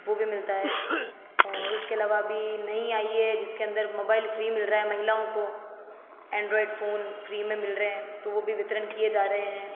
वो भी मिलता है और उसके अलावा भी नई आयी है जिसके अंदर मोबाइल फ्री मिल रहा है महिलाओं को एंड्राइड फोन फ्री में मिल रहे हैं तो वो भी वितरण किए जा रहे हैं